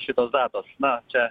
šitos datos na čia